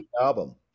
album